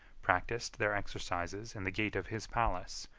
practised their exercises in the gate of his palace,